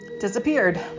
disappeared